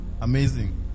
amazing